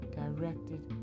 directed